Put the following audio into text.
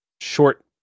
short